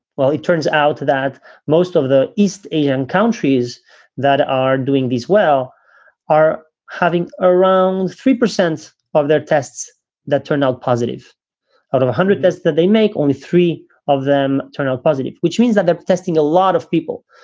well, it turns out that most of the east asian countries that are doing these well are having around three percent of their tests that turn out positive out of one hundred plus that they make. only three of them turn out positive, which means that they're testing a lot of people.